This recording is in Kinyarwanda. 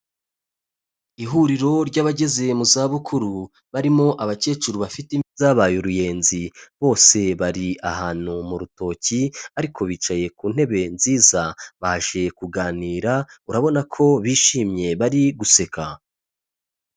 Ihuriro ry'abageze mu zabukuru, barimo abakecuru bafite imvi zabaye uruyenzi, bose bari ahantu mu rutoki ariko bicaye ku ntebe nziza, baje kuganira urabona ko bishimye bari guseka.